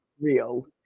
real